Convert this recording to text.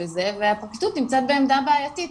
בזה והפרקליטות נמצאת בעמדה בעייתית,